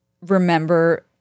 remember